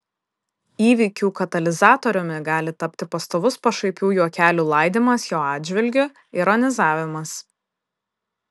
įvykių katalizatoriumi gali tapti pastovus pašaipių juokelių laidymas jo atžvilgiu ironizavimas